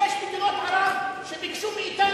יש מדינות ערב שביקשו מאתנו,